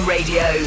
Radio